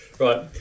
Right